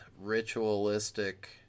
ritualistic